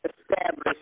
establish